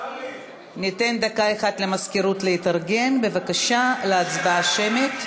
ניתן דקה אחת למזכירות להתארגן להצבעה השמית.